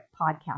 podcast